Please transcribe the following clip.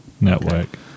network